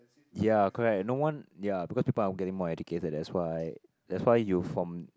ya correct no one ya because people are getting more educated that's why that's why you from